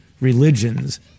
religions